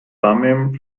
thummim